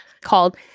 called